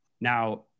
Now